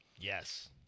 Yes